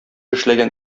эшләгән